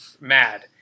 mad